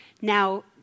Now